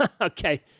Okay